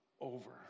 over